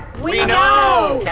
we know!